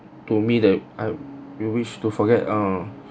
to me that I you wish to forget err